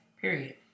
period